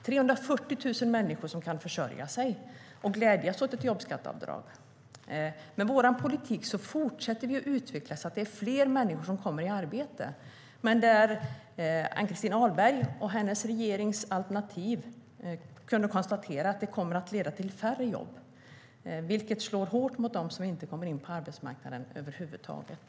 340 000 människor kan försörja sig och glädjas åt ett jobbskatteavdrag.